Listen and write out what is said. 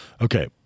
okay